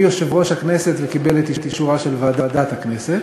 יושב-ראש הכנסת וקיבלה את אישורה של ועדת הכנסת.